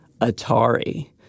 Atari